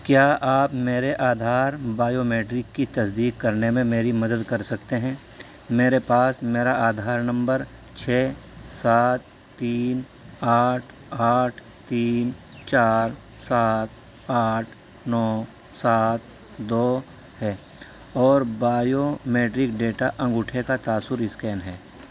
کیا آپ میرے آدھار بایو میٹرک کی تصدیق کرنے میں میری مدد کر سکتے ہیں میرے پاس میرا آدھار نمبر چھ سات تین آٹھ آٹھ تین چار سات آٹھ نو سات دو ہے اور بایو میٹرک ڈیٹا انگوٹھے کا تاثر اسکین ہے